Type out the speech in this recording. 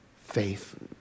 faith